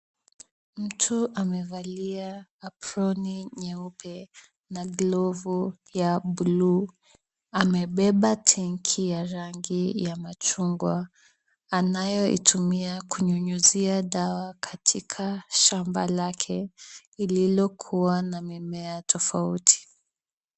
Mtu amevalia aproni nyeupe na glovu ya buluu. Amebeba tenki ya rangi ya machungwa anayoitumia kunyunyuzia dawa katika shamba lake lililokuwa na mimea tofauti.